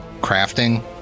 crafting